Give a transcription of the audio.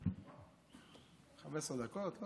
15 דקות?